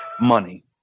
money